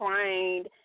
trained